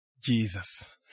Jesus